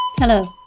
Hello